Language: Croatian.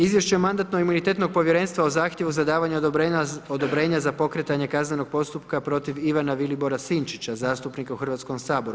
Izvješće Mandatno-imunitetnog povjerenstva o zahtjevu za davanje odobrenja za pokretanje kaznenog postupka protiv Ivana Vilibora-Sinčića zastupnika u Hrvatskom saboru.